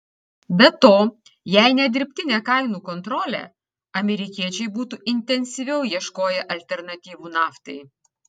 be to jei ne dirbtinė kainų kontrolė amerikiečiai būtų intensyviau ieškoję alternatyvų naftai